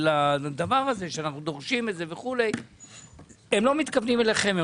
על הדבר שאנחנו דורשים הם לא מתכוונים אליכם,